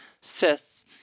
cis